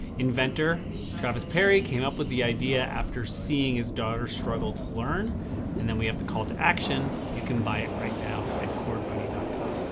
inventor travis perry came up with the idea after seeing his daughter struggle to learn and then we have the call to action. you can buy it right now at cordbuddy com.